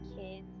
kids